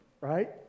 right